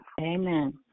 amen